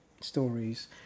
stories